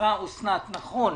אמרה אוסנת מארק נכון,